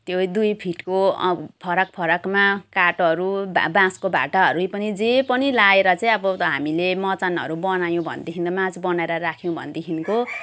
त्यो दुई फिटको फरक फरकमा काठहरू बाँ बाँसको भाटाहरूलाई पनि जे पनि लगाएर चाहिँ अब हामीले मचानहरू बनायौँ भनेदेखि माच बनाएर राख्यौँ भनेदेखिको